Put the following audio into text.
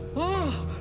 oh,